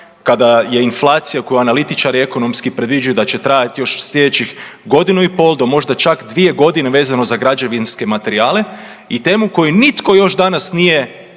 kada je inflacija koju analitičari ekonomski predviđaju da će trajati još sljedećih godinu i pol do možda čak dvije godine vezano za građevinske materijale. I temu koju nitko još danas nije